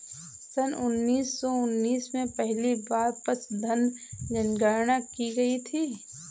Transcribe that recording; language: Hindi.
सन उन्नीस सौ उन्नीस में पहली बार पशुधन जनगणना की गई थी